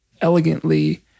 elegantly